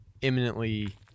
imminently